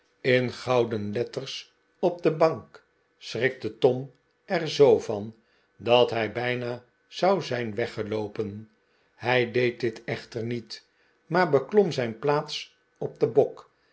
in gouden letters op de bank schrikte tom er zoo van dat hij bijna zou zijn weggeloopen hij deed dit echter niet maar beklom zijn plaats op den bok